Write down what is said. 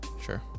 Sure